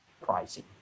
pricing